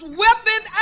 weapon